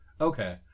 Okay